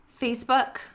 Facebook